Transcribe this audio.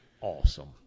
awesome